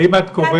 האם את קוראת